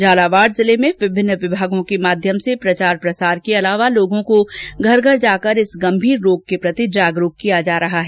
झालावाड जिले में विभिन्न विभागों के माध्यम से प्रचार प्रसार के अलावा लोगों को घर घर जाकर इस गंभीर रोग के प्रति जागरूक किया जा रहा है